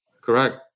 Correct